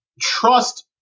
trust